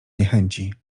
niechęci